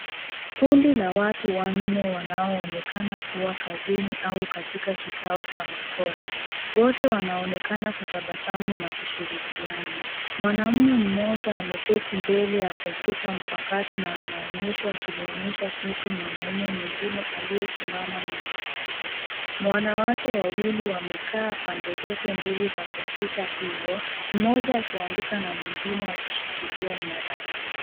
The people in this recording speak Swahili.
Kundi la watu wanne wanaoonekena kuwa kazini au katika kikao cha masomo. Wote wanaonekana kutabasamu na kushirikiana. Mwanaume mmoja ameketi mbele ya kompyuta mpakato na anaonyeshwa akimwonyesha kitu mwanaume mwingine aliyesimama nyuma yake. Wanawake wawili wamekaa pande zote mbili za kompyuta hiyo, mmoja akiandika na mwingine akishikilia nyaraka.